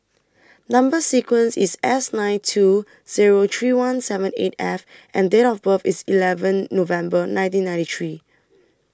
Number sequence IS S nine two Zero three one seven eight F and Date of birth IS eleven November nineteen ninety three